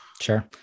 Sure